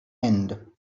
end